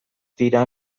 dira